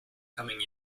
coming